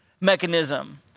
mechanism